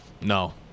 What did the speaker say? No